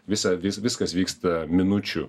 visa vis viskas vyksta minučių